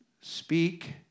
speak